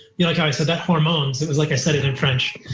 yeah like i said, that hormones, it was like i said it in french.